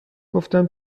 گفتم